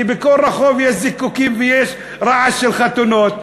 כי בכל רחוב יש זיקוקים ויש רעש של חתונות.